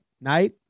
night